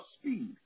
speed